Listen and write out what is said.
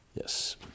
Yes